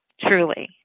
truly